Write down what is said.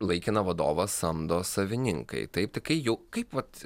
laikiną vadovą samdo savininkai taip tai kai jau kaip vat